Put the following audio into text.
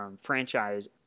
Franchise